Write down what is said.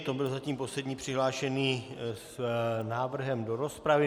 To byl zatím poslední přihlášený s návrhem do rozpravy.